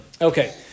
okay